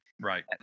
right